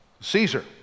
Caesar